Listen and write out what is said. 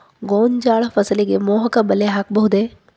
ಗೋಂಜಾಳ ಫಸಲಿಗೆ ಮೋಹಕ ಬಲೆ ಹಾಕಬಹುದೇ?